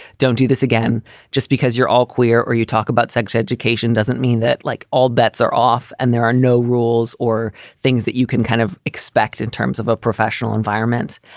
don't do this again just because you're all queer or you talk about sex education doesn't mean that, that, like all bets are off and there are no rules or things that you can kind of expect in terms of a professional environment.